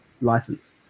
license